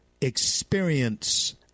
experience